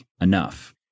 enough